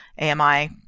AMI